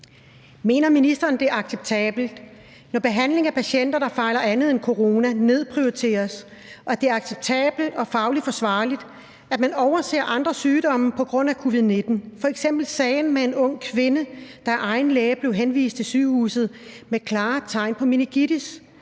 Mener ministeren, at det er acceptabelt, når behandlingen af patienter, der fejler andet end corona, nedprioriteres, og at det er acceptabelt og fagligt forsvarligt, at man overser andre sygdomme på grund af covid-19 – jævnfør f.eks. sagen med en ung kvinde, der af egen læge blev henvist til sygehuset med klare tegn på meningitis,